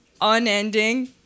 unending